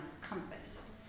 compass